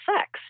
sex